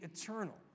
eternal